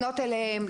לפנות אליהם,